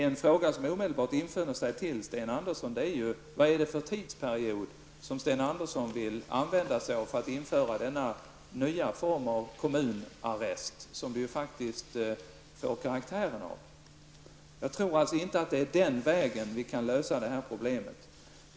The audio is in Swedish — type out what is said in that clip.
En fråga som omedelbart infinner sig och som jag vill ställa till Sten Andersson i Malmö är: Vilken tidsperiod vill Sten Andersson använda sig av i samband med införandet av denna nya form av kommunarrest, vilket det ju faktiskt får karaktären av? Jag tror inte att det är den vägen vi skall gå för att lösa det här problemet.